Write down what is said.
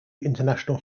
international